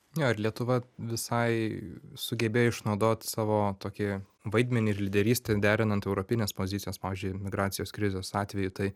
jo ir lietuva visai sugebėjo išnaudot savo tokį vaidmenį ir lyderystę derinant europines pozicijas pavyzdžiui migracijos krizės atveju tai